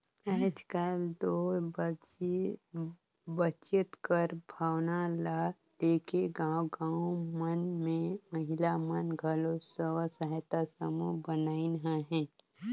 आएज काएल दो बचेत कर भावना ल लेके गाँव गाँव मन में महिला मन घलो स्व सहायता समूह बनाइन अहें